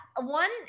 one